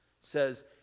says